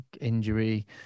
injury